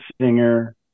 singer